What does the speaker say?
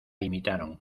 imitaron